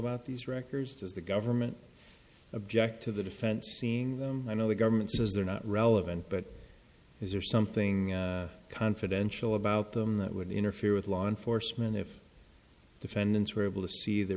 about these records does the government object to the defense seeing them i know the government says they're not relevant but is there something confidential about them that would interfere with law enforcement if defendants were able to see the